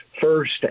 First